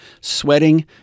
sweating